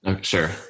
Sure